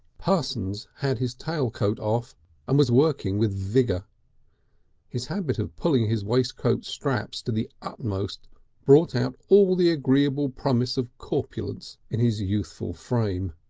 parsons had his tail coat off and was working with vigour his habit of pulling his waistcoat straps to the utmost brought out all the agreeable promise of corpulence in his youthful frame.